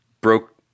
broke